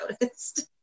noticed